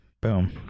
boom